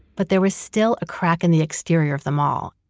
but there was still a crack in the exterior of the mall.